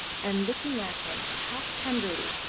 and looking at him half tenderly,